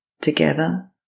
together